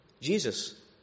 Jesus